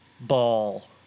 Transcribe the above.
Ball